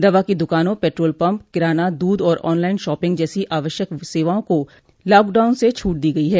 दवा की दुकानों पेट्रोल पम्प किराना दूध और ऑनलाइन शॉपिंग जैसी आवश्यक सेवाओं को लॉकडाउन से छूट दी गई है